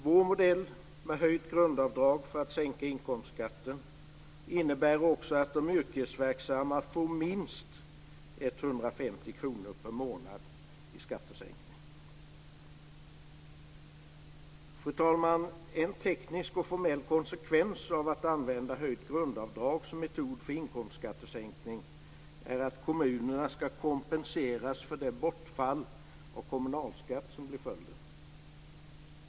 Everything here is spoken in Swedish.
Vår modell med höjt grundavdrag för att sänka inkomstskatten innebär också att de yrkesverksamma får minst 150 kr per månad i skattesänkning. Fru talman! En teknisk och formell konsekvens av att använda höjt grundavdrag som metod för inkomstskattesänkning är att kommunerna ska kompenseras för det bortfall av kommunalskatt som blir följden.